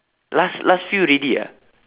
last last few already ah